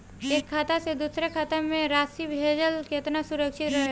एक खाता से दूसर खाता में राशि भेजल केतना सुरक्षित रहेला?